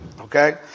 Okay